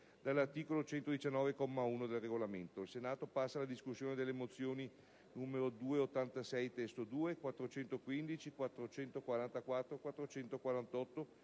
Grazie,